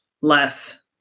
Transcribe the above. less